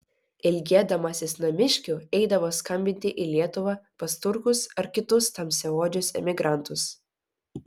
ilgėdamasis namiškių eidavo skambinti į lietuvą pas turkus ar kitus tamsiaodžius emigrantus